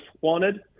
wanted